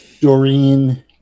Doreen